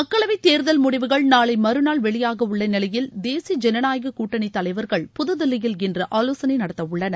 மக்களவைத் தேர்தல் முடிவுகள் நாளை மறுநாள் வெளியாகவுள்ள நிலையில் தேசிய ஜனநாயக கூட்டணித் தலைவர்கள் புதுதில்லியில் இன்று ஆலோசனை நடத்தவுள்ளனர்